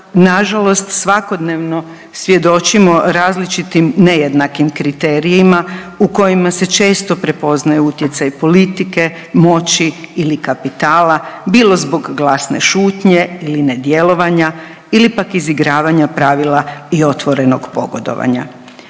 na žalost svakodnevno svjedočimo različitim nejednakim kriterijima u kojima se često prepoznaju utjecaj politike, moći ili kapitala bilo zbog glasne šutnje ili nedjelovanja ili pak izigravanja pravila i otvorenog pogodovanja.